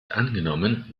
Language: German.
angenommen